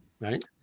right